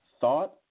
thought